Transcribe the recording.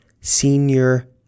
senior